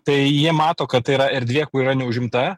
tai jie mato kad tai yra erdvė kur yra neužimta